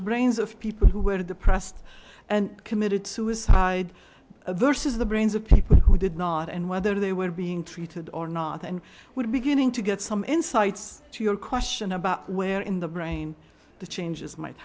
the brains of people who were depressed and committed suicide there says the brains of people who did not and whether they were being treated or not and i would beginning to get some insights to your question about where in the brain the changes might